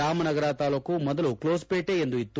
ರಾಮನಗರ ತಾಲೂಕು ಮೊದಲು ಕ್ಲೋಸ್ ಪೇಟೆ ಎಂದು ಇತ್ತು